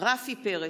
רפי פרץ,